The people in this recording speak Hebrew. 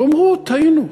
תאמרו: טעינו.